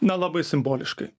na labai simboliškai